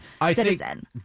citizen